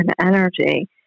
energy